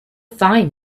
fine